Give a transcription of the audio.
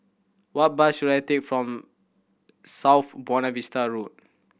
what bus should I take from South Buona Vista Road